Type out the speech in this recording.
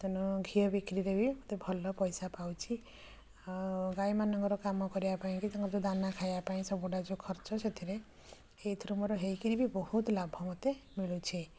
ତେଣୁ ଘିଅ ବିକ୍ରି ଦେଇବି ମୋତେ ଭଲ ପଇସା ପାଉଛି ଆଉ ଗାଈମାନଙ୍କର କାମ କରିବା ପାଇଁ କି ତାଙ୍କର ଦାନା ଖାଇବା ପାଇଁ ସବୁଗୁଡ଼ା ଯେଉଁ ଖର୍ଚ୍ଚ ସେଥିରେ ଏଇଥିରୁ ମୋର ହେଇକିରି ବି ମୋର ବହୁତ ଲାଭ ମୋତେ ମିଳୁଛି